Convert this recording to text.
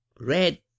red